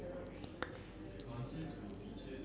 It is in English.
did you not enjoy in that whole a-levels